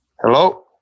Hello